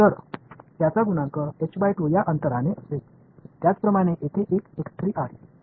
तर त्याचा गुणांक या अंतराने असेल त्याचप्रकारे येथे एक आहे